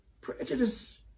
Prejudice